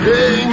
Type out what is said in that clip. Hey